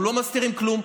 אנחנו לא מסתירים כלום.